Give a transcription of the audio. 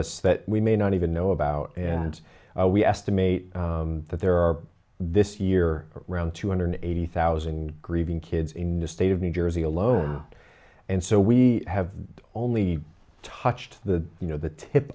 us that we may not even know about and we estimate that there are this year around two hundred eighty thousand grieving kids in the state of new jersey alone and so we have only touched the you know the tip